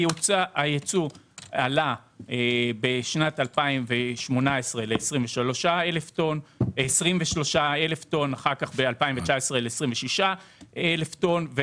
הייצוא עלה בשנת 2018 ל-23,000 טון וב-2019 ל-26,000 טון,